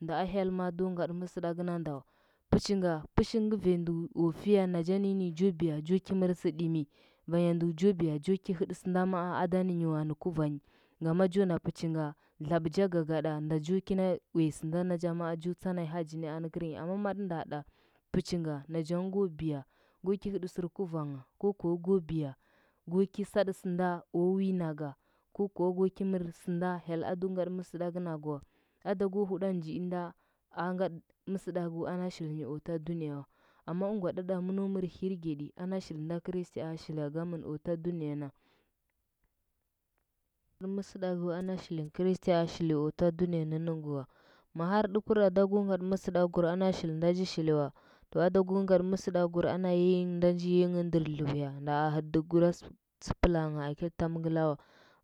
Nda a hyel ma do ngatɚ mɚsɚɗakɚ na nda wa pɚchinga pɚshingɚ valndu o fiya nacha ninyi jo biya jo gi mɚr sɚɗimi vanyandu jo gi hɚtɚ sɚnda man ada ngama jo na pɚchinga dlabɚ ja gagaɗa nda jo kina uya sɚnda ma naja maa jo tsandanyi haji ni anɚ kɚrnyi amma maɗɚ nda ɗa pɚchunga najango biya ko ki hɚɗɚ sɚr guvangha, ko kuwa go biya go gi satsɚ sɚnda wi naga, ko kuwa go gi mɚr sɚnda a hyel do ngaɗɚ mɚsɚɗagɚ nagɚ wa ado go huɗa njiinda a ngaɗɚ mɚsɚɗagɚ, ana shilnyi o ta duniya wa amma ɚngwa ɗɚɗa mɚno mɚr hirgedi ana shili nda kristi a shila gamɚn o ta duniya na ana shilngɚ kristi a shili ku duniya nɚnmɚ ngɚ wa ma har ɗɚ tra da gɚ ngaɗɚ mɚsɚdagkur ana shili nda ji shili wa, ya aɗa go ngaɗi mɚsɚɗagkur yiganyi nda nja yiya nghɚ ndɚr dlaya na hɚɗɚ dɚhɚgura sɚplaangha ketɚ tamngla wa.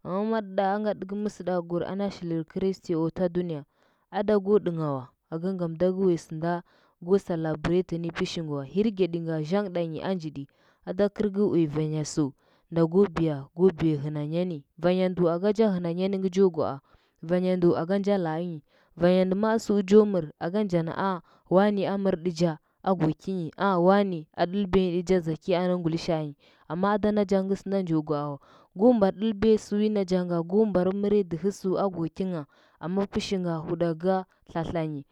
O mbarɗa a ngaɗɚtɚkɚ mɚsɚdagkur ana shilɚr kristi o ta duniya, ada go ɗɚngha wa, aka ngam ada ga uya sɚnde go celebrate ni pɚsingɚ wa hirgedingha zan ɗanyi anjiɗi ada gɚr ga uyo vanya sɚu nda ko biya ghnanya ni vanya nalu aga ja ghnanyani ngɚ jo gwaa, vanyandu aga nja laa nyi variya ndɚ maa tsu jo mɚr aga ag ana wane amɚrɗɚcha a go kinyi, a wane a ɗɚlbuyanyi ɗɚja anɚ ngulishaanyi amma ada najangɚngɚ sɚnda njo gwaa wa go mbar ɗɚlbiya sɚ wi najanga, go mbar mɚrɚ dɚhɚ sɚu ago kingha amma pɚshinga huɗaka tlatlanyi.